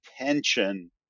attention